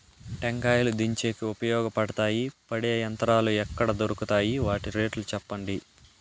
టెంకాయలు దించేకి ఉపయోగపడతాయి పడే యంత్రాలు ఎక్కడ దొరుకుతాయి? వాటి రేట్లు చెప్పండి?